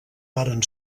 varen